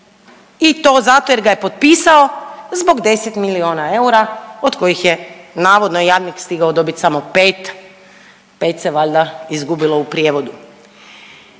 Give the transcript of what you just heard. i to zato jer ga je potpisao zbog 10 milijuna eura od kojih je navodno jadnik stigao dobiti samo pet, pet se valjda izgubilo u prijevodu.